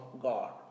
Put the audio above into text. God